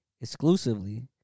exclusively